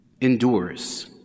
endures